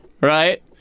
right